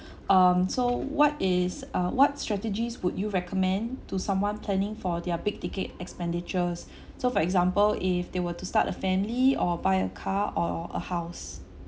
um so what is uh what strategies would you recommend to someone planning for their big ticket expenditures so for example if they were to start a family or buy a car or a house